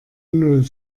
null